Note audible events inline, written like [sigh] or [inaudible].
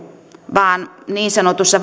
vaan niin sanotussa [unintelligible]